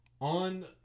On